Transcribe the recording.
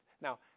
now